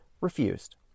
refused